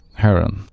Heron